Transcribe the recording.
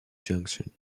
junctions